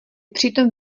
přitom